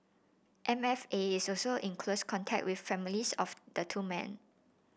M F A is also in close contact with the families of the two men